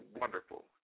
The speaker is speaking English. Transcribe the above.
wonderful